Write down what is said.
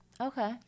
Okay